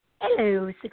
hello